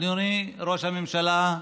אדוני ראש הממשלה,